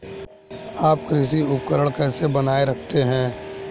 आप कृषि उपकरण कैसे बनाए रखते हैं?